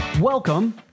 Welcome